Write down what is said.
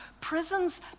prisons